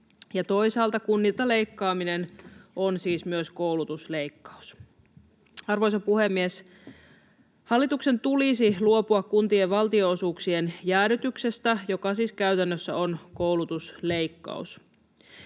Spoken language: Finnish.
toisaalta kunnilta leikkaaminen on myös koulutusleikkaus. Arvoisa puhemies! Hallituksen tulisi luopua kuntien valtionosuuksien jäädytyksestä, joka siis käytännössä on koulutusleikkaus.